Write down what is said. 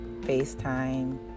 FaceTime